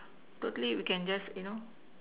totally we can just you know